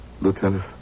Lieutenant